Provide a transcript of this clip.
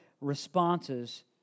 responses